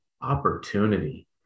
opportunity